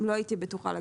לא הייתי בטוחה.